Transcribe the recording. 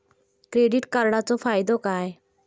Credit कार्डाचो फायदो काय?